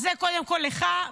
אז זה, קודם כול, לך.